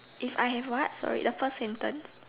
if I have what sorry the first sentence